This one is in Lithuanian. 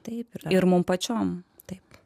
taip ir mums pačiam taip